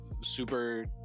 super